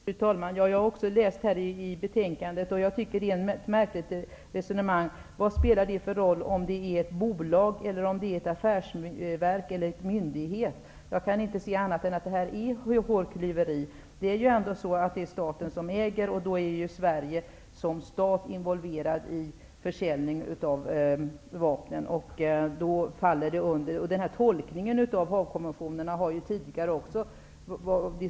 Fru talman! Jag har också läst skrivningen i betänkandet, men jag tycker att resonemanget är märkligt. Vad spelar det för roll om det är ett bolag, ett affärsverk eller en myndighet? Jag kan inte se annat än att det här är fråga om hårklyveri. Det är ju ändå staten som är ägare, och då är Sverige som stat involverat i försäljning av vapen. Tolkningen av Haagkonventionen har diskuterats tidigare också.